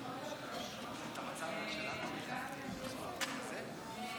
נעבור להצעת חוק שמירת הניקיון (תיקון,